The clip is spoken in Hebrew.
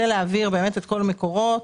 זה אומר להעביר את כל מקורות